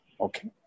Okay